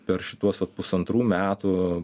per šituos vat pusantrų metų